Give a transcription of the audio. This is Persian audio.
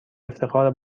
افتخار